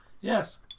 Yes